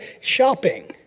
shopping